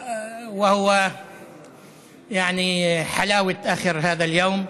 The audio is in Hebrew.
והוא הממתק בסופו של יום זה,